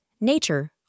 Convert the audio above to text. nature